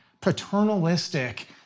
paternalistic